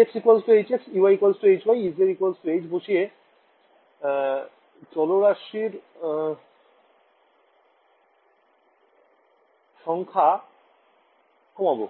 ez h বসিয়ে চলরাশির সংখ্যা কমাবো